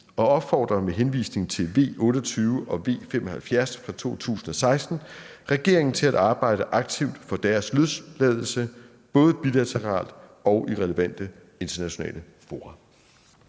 og opfordrer med henvisning til V 28 og V 75 fra 2016 regeringen til at arbejde aktivt for deres løsladelse, både bilateralt og i relevante internationale fora.«